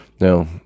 now